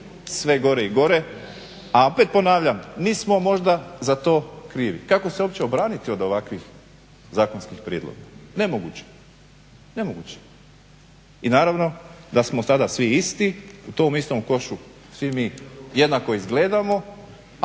sve gore i gore, a opet ponavljam nismo možda za to krivi. Kako se uopće obraniti od ovakvih zakonskih prijedloga? Nemoguće, nemoguće. I naravno da smo tada svi isti, u tom istom košu svi mi jednako izgledamo,